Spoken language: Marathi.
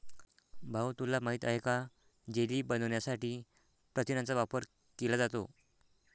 भाऊ तुला माहित आहे का जेली बनवण्यासाठी प्रथिनांचा वापर केला जातो